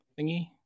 thingy